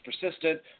persistent